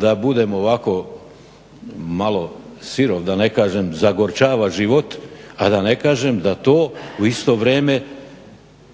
da budem ovako malo sirov, da ne kažem zagorčava život, a da ne kažem da to u isto vrijeme